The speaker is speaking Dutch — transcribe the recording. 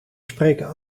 spreken